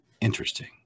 interesting